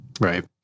Right